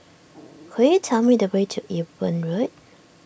could you tell me the way to Ewe Boon Road